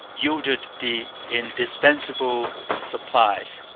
yielded the indispensable supplies.